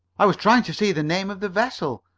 i was trying to see the name of the vessel,